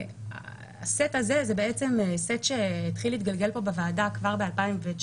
הסט הזה זה סט שהתחיל להתגלגל פה בוועדה כבר ב-2019